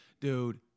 dude